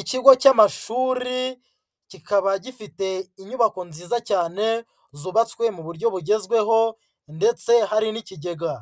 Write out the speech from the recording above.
Ikigo cy'amashuri kikaba gifite inyubako nziza cyane zubatswe mu buryo bugezweho ndetse hari n'ikigega.